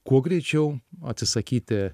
kuo greičiau atsisakyti